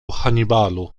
hannibalu